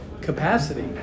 capacity